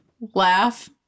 Laugh